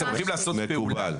מקובל.